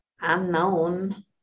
unknown